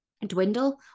dwindle